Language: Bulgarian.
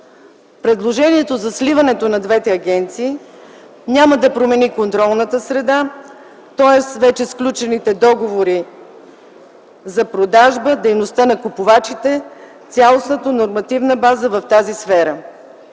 Предложението за сливането на двете агенции няма да промени контролната среда, тоест вече сключените договори за продажба, дейността на купувачите, цялостната нормативна база в тази сфера.